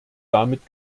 damit